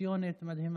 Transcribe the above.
אופוזיציונית מדהימה.